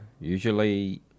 usually